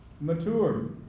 Mature